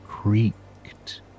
creaked